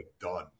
done